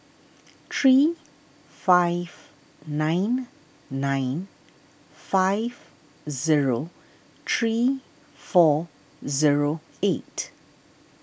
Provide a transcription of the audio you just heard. three five nine nine five zero three four zero eight